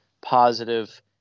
positive